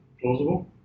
Plausible